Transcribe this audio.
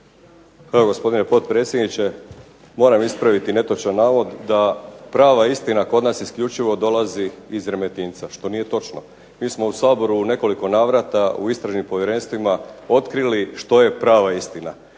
Evo gospodine potpredsjedniče moram ispraviti netočan navod da prava istina kod nas isključivo dolazi iz Remetinca što nije točno. Mi smo u Saboru u nekoliko navrata u istražnim povjerenstvima otkrili što je prava istina.